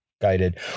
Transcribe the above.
guided